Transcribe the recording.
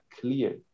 clear